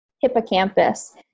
hippocampus